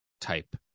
type